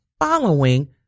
following